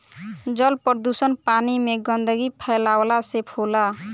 जल प्रदुषण पानी में गन्दगी फैलावला से होला